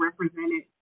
represented